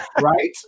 Right